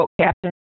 captain